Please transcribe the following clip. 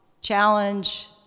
challenge